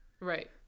Right